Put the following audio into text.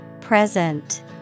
Present